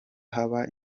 haba